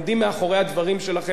עומדים מאחורי הדברים שלכם,